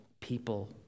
people